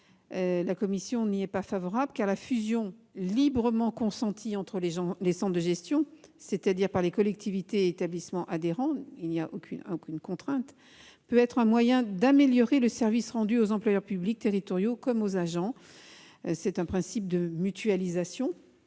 la commission n'y est pas favorable. La fusion librement consentie par les centres de gestion, c'est-à-dire par les collectivités et établissements adhérents, peut être un moyen d'améliorer le service rendu aux employeurs publics territoriaux comme aux agents. Le principe de mutualisation